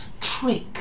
trick